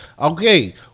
okay